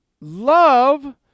Love